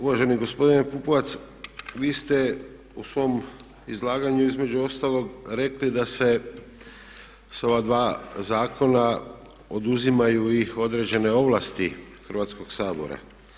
Uvaženi gospodine Pupovac vi ste u svom izlaganju između ostalog rekli da se s ova dva zakona oduzimaju i određene ovlasti Hrvatskog sabora.